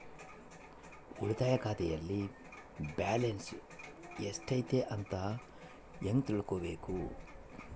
ಉಳಿತಾಯ ಖಾತೆಯಲ್ಲಿ ಬ್ಯಾಲೆನ್ಸ್ ಎಷ್ಟೈತಿ ಅಂತ ಹೆಂಗ ತಿಳ್ಕೊಬೇಕು?